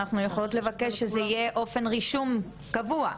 אנחנו יכולות לבקש שזה יהיה אופן רישום קבוע.